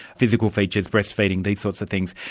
physical features, breast-feeding, these sorts of things.